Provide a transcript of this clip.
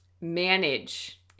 manage